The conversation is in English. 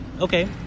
okay